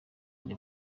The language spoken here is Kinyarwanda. njya